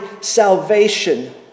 salvation